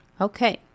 Okay